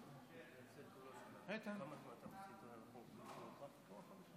על תרומתו האדירה לכנסת ולמעמד סגן יושב-ראש הכנסת.